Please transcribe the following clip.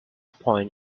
point